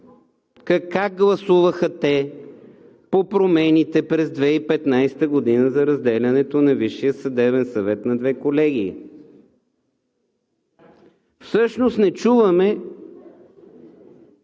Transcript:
как гласуваха те по промените през 2015 г. за разделянето на Висшия съдебен съвет на две колегии. Не чуваме